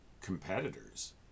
competitors